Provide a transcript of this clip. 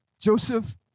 Joseph